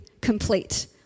complete